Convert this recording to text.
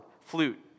flute